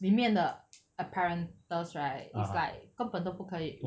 里面的 apparatus right is like 根本都不可以